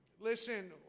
Listen